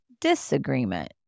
disagreement